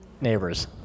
Neighbors